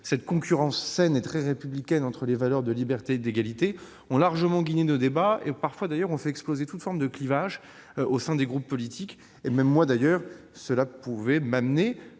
cette concurrence saine et très républicaine entre les valeurs de liberté et d'égalité a largement guidé nos débats, faisant parfois exploser toute forme de clivage au sein des groupes politiques. Même moi, d'ailleurs, j'ai pu être amené